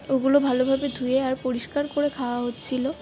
ওগুলো ভালোভাবে ধুয়ে আর পরিষ্কার করে খাওয়া হচ্ছিল